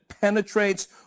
penetrates